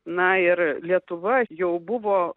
na ir lietuva jau buvo